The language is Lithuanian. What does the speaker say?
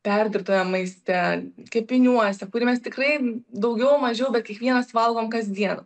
perdirbtame maiste kepiniuose kurį mes tikrai daugiau mažiau bet kiekvienas valgom kas dieną